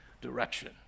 direction